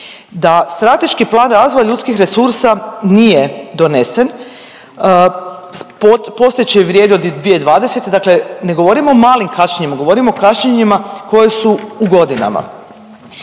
da strateški plan razvoja ljudskih resursa nije donesen, postojeći vrijedi od 2020., dakle ne govorimo o malim kašnjenjima, govorimo o kašnjenjima koje su u godinama,